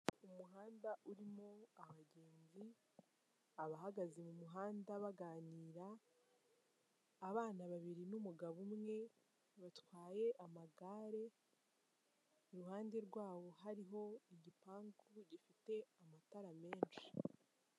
Umuhanda urimo abagenzi abahagaze mu muhanda baganira, abana babiri n'umugabo umwe batwaye amagare, iruhande rwabo hariho igipangu gifite amatara menshi.